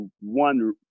one